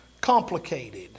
complicated